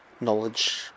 knowledge